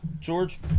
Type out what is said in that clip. George